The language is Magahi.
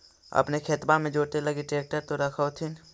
अपने खेतबा मे जोते लगी ट्रेक्टर तो रख होथिन?